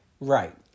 Right